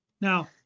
Now